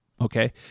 Okay